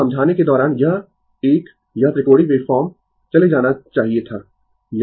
तो समझाने के दौरान यह एक यह त्रिकोणीय वेवफॉर्म चले जाना चाहिए था